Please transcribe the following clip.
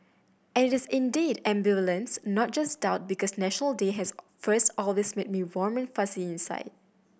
and it is indeed ambivalence not just doubt because National Day has first always made me warm and fuzzy inside